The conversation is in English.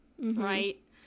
right